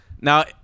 Now